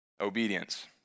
Obedience